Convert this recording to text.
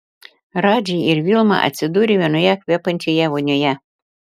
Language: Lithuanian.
radži ir vilma atsidūrė vienoje kvepiančioje vonioje